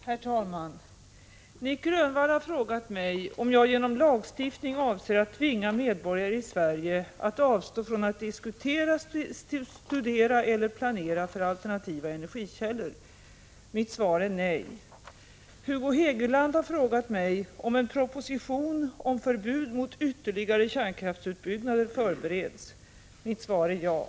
Enligt uppgifter i pressen och i radion avser energiministern att genom lagstiftning tvinga medborgare i Sverige till att avstå från att diskutera, att studera eller att planera för alternativa energikällor i förhållande till hittillsvarande riksdagsbeslut i energifrågor. Är detta riktigt, och när kan propositionen väntas?